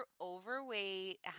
Overweight